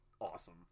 awesome